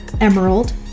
Emerald